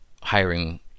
hiring